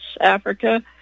Africa